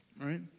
right